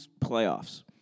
playoffs